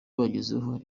bagezeho